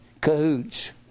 cahoots